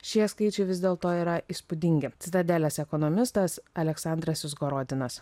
šie skaičiai vis dėlto yra įspūdingi citadelės ekonomistas aleksandras izgorodinas